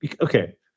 okay